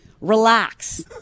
relax